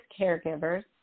caregivers